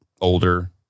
older